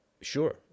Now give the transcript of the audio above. sure